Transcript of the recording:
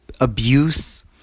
abuse